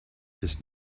just